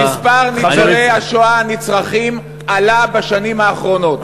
שמספר ניצולי השואה הנצרכים עלה בשנים האחרונות?